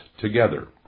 together